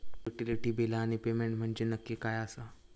Utility बिला आणि payment म्हंजे नक्की काय आसा?